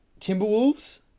Timberwolves